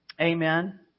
Amen